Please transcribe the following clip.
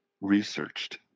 researched